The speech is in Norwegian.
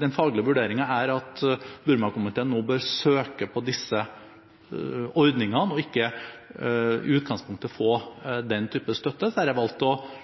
den faglige vurderingen er at Burmakomiteen nå bør søke på disse ordningene, og ikke i utgangspunktet få den type støtte, har jeg valgt å